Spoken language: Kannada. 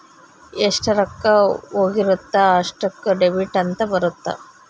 ಎಷ್ಟ ರೊಕ್ಕ ಹೋಗಿರುತ್ತ ಅಷ್ಟೂಕ ಡೆಬಿಟ್ ಅಂತ ಬರುತ್ತ